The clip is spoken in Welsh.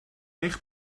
eich